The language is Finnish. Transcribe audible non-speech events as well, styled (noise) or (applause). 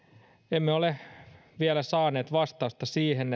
emme ole vielä saaneet vastausta siihen (unintelligible)